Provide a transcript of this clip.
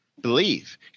believe